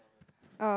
oh